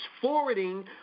forwarding